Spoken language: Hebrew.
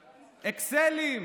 אקסלים,